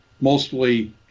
mostly